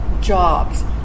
jobs